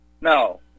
No